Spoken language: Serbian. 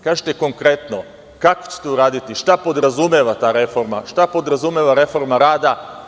Kažite konkretno kako ćete uraditi, šta podrazumeva ta reforma, šta podrazumeva reforma rada?